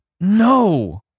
no